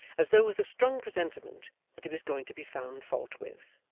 as though with a strong presentiment that he was going to be found fault with.